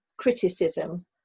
criticism